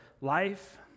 life